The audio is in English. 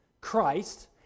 Christ